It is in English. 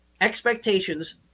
Expectations